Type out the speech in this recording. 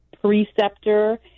preceptor